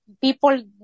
people